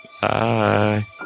Bye